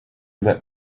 let